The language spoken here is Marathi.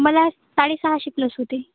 मला साडेसहाशे प्लस होते